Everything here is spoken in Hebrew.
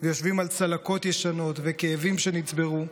ויושבים על צלקות ישנות וכאבים שנצברו,